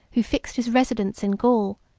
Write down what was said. who fixed his residence in gaul,